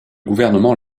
gouvernement